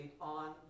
on